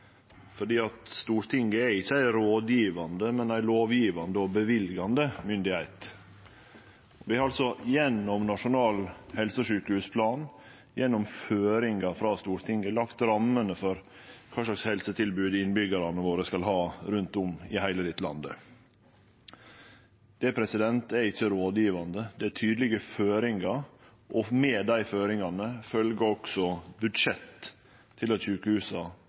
Stortinget er ikkje ei rådgjevande, men ei lovgjevande og løyvande myndigheit. Vi har gjennom nasjonal helse- og sjukehusplan og gjennom føringar frå Stortinget lagt rammene for kva slags helsetilbod innbyggjarane våre skal ha rundt om i heile landet. Det er ikkje rådgjevande, det er tydelege føringar, og med dei føringane følgjer også budsjett og finansiering slik at sjukehusa